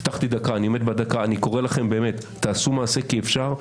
אני קורא לכם לעשות מעשה כי אפשר.